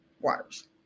waters